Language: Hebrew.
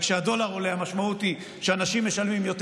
וכשהדולר עולה המשמעות היא שאנשים משלמים יותר